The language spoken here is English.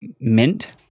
mint